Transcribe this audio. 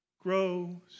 grow